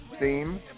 theme